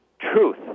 truth